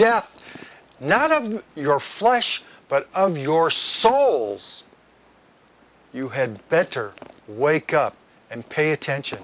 death not of your flesh but of your souls you had better wake up and pay attention